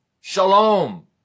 Shalom